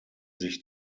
sich